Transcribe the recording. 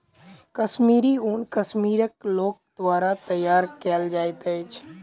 कश्मीरी ऊन कश्मीरक लोक द्वारा तैयार कयल जाइत अछि